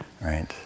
right